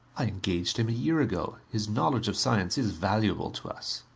i engaged him a year ago his knowledge of science is valuable to us.